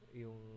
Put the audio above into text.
yung